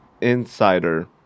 insider